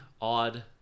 odd